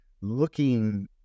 looking